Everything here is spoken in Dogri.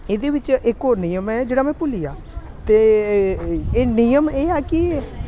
एह्दे बिच्च इक होर नियम ऐ जेह्ड़ा में भुल्ली गेआ ते एह् नियम एह् ऐ कि